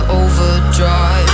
overdrive